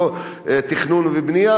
תכנון ובנייה,